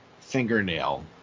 fingernail